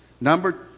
Number